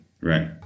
Right